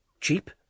Cheap